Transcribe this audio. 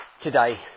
today